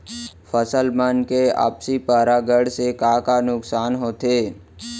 फसल मन के आपसी परागण से का का नुकसान होथे?